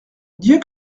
dieu